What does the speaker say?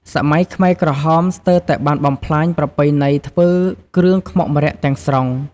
សម័យខ្មែរក្រហមស្ទើរតែបានបំផ្លាញប្រពៃណីធ្វើគ្រឿងខ្មុកម្រ័ក្សណ៍ទាំងស្រុង។